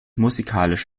musikalisch